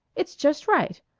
it's just right.